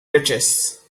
riches